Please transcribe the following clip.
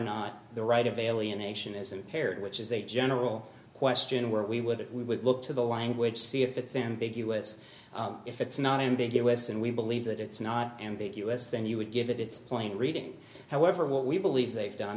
not the right of alienation is impaired which is a general question where we would we would look to the language see if it's ambiguous if it's not ambiguous and we believe that it's not ambiguous then you would give it its plain reading however what we believe they've done